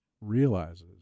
realizes